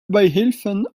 beihilfen